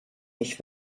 nicht